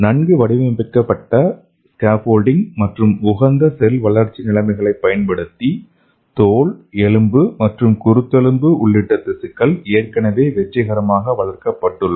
நன்கு வடிவமைக்கப்பட்ட ஸ்கேஃபோல்டிங் மற்றும் உகந்த செல் வளர்ச்சி நிலைமைகளைப் பயன்படுத்தி தோல் எலும்பு மற்றும் குருத்தெலும்பு உள்ளிட்ட திசுக்கள் ஏற்கனவே வெற்றிகரமாக வளர்க்கப்பட்டுள்ளன